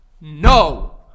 No